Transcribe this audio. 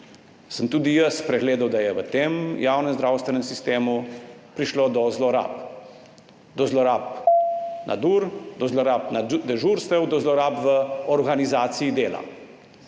sem tudi jaz spregledal, da je v tem javnem zdravstvenem sistemu prišlo do zlorab, do zlorab nadur, do zlorab dežurstev, do zlorab v organizaciji dela.